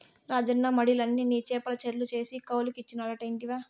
రాజన్న మడిలన్ని నీ చేపల చెర్లు చేసి కౌలుకిచ్చినాడట ఇంటివా